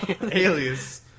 Alias